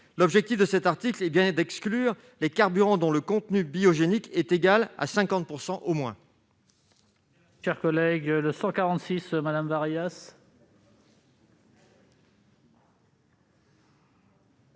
l'objectif de l'article est bien d'exclure les carburants dont le contenu biogénique est égal à 50 % au moins.